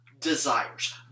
Desires